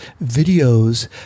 videos